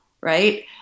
Right